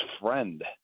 friend